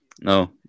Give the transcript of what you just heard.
no